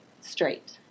straight